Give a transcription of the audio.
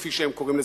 כפי שהם קוראים לזה,